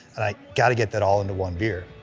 i gotta get that all into one beer.